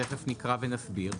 שתכף נקרא ונסביר,